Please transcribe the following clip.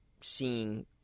seeing